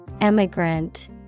Emigrant